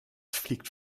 fliegt